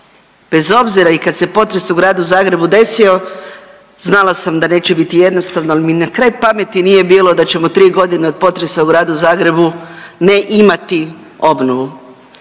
bez obzira i kad se potres u Gradu Zagrebu desio znala sam da neće biti jednostavno, al mi na kraju pameti nije bilo da ćemo 3.g. od potresa u Gradu Zagrebu ne imati obnovu.